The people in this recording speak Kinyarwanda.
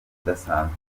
udasanzwe